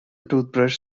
toothbrush